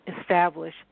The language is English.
establish